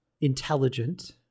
intelligent